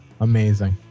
Amazing